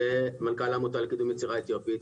ומנכ"ל העמותה לקידום יצירה אתיופית.